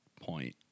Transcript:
point